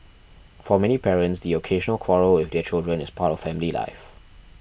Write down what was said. for many parents the occasional quarrel with their children is part of family life